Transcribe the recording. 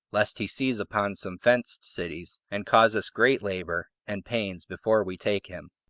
lest he seize upon some fenced cities, and cause us great labor and pains before we take him.